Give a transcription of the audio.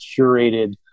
curated